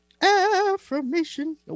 Affirmation